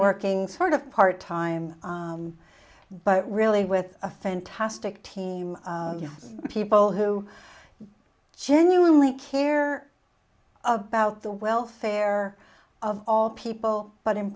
working sort of part time but really with a fantastic team of people who are genuinely care about the welfare of all people but in